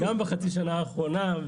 וגם בחצי השנה האחרונה,